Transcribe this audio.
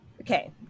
Okay